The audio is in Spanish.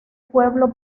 pueblo